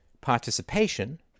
participation